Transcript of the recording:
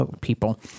people